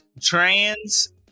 trans